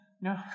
no